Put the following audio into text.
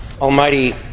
Almighty